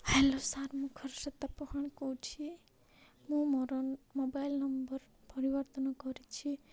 hello sir ମୁଁ ଖର୍ଷତା ପହାଣ କହୁଛି ମୁଁ ମୋର ମୋବାଇଲ୍ ନମ୍ବର୍ ପରିବର୍ତ୍ତନ କରିଛି